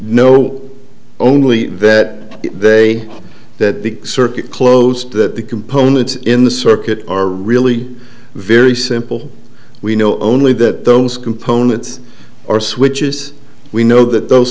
know only that the day that the circuit closed that the components in the circuit are really very simple we know only that those components are switches we know that those